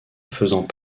faisant